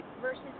Versus